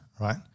right